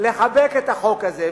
לחבק את החוק הזה,